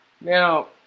Now